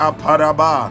Aparaba